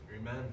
Amen